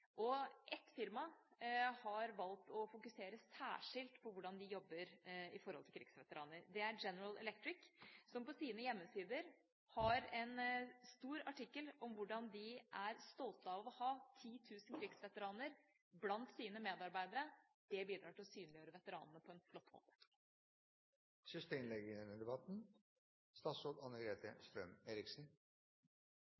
Ett firma har valgt å fokusere særskilt på hvordan man jobber med tanke på krigsveteraner. Det er General Electric. På deres hjemmesider har man en stor artikkel om at de er stolte av å ha titusen krigsveteraner blant sine medarbeidere. Det bidrar til å synliggjøre veteranene på en